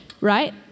Right